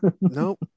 no